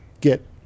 get